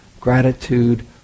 Gratitude